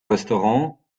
restaurant